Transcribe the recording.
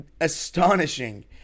astonishing